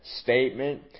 statement